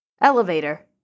elevator